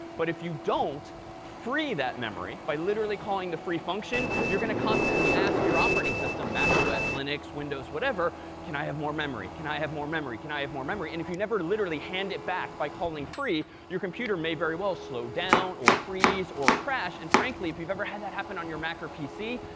but if you don't free that memory, by literally calling the free function, you're going to constantly ask your operating system, macos, linux, windows, whatever, can i have more memory? can i have more memory? can i have more memory? and if you never, literally, hand it back by calling free your computer may very well slow down or freeze or crash. and frankly, if you've ever had that happen on your mac or pc,